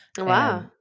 Wow